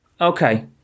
Okay